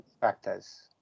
factors